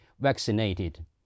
vaccinated